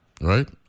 right